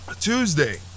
Tuesday